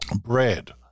Bread